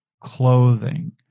clothing